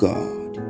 God